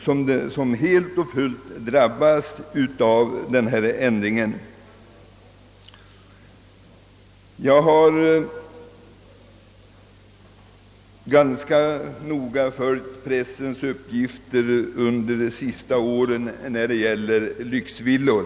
Det är de som fullt ut kommer att drabbas av ändringen, och det har jag intet emot. Jag har under senare år ganska noggrant följt pressens uppgifter om avdrag vid investeringar i vad man där kallar för lyxvillor.